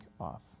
off